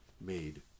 made